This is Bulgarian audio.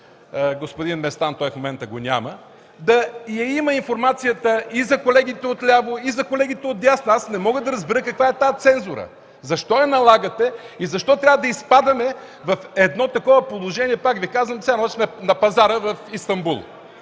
господин Местан, него в момента го няма, да я има информацията и за колегите отляво, и за колегите отдясно. Аз не мога да разбера каква е тази цензура?! Защо я налагате и защо трябва да изпадаме в такова положение, пак Ви казвам, все едно, че сме на пазара в Истанбул?